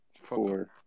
Four